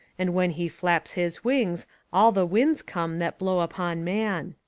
and when he flaps his wings all the winds come that blow upon man.